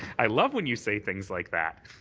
i love when you say things like that.